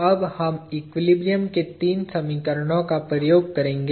अब हम एक्विलिब्रियम के तीन समीकरणों का प्रयोग करेंगे